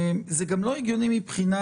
זה גם לא הגיוני מבחינה,